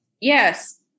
Yes